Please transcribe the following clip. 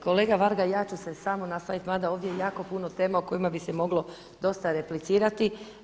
Kolega Varga, ja ću se samo nastaviti, mada je ovdje jako puno tema o kojima bi se moglo dosta replicirati.